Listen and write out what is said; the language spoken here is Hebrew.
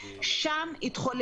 זה ב-4?